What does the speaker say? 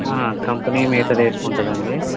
ఆ కంపెనీ మిగితాది వేసుకుంటుందాండి